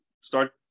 start –